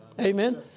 Amen